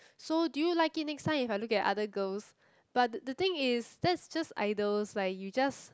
so do you like it next time if I look at other girls but the thing is that's just idols like you just